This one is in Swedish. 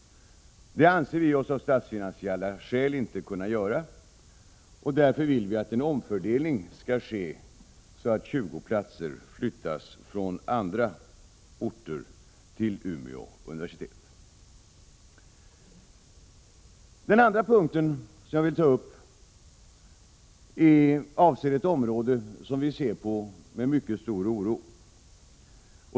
Det anser vi oss av statsfinansiella skäl inte kunna göra. Därför vill vi att en omfördelning skall ske, så att 20 platser flyttas till Umeå universitet från andra orter. Det andra punkt jag vill ta upp avser ett område som vi ser på med mycket stor oro.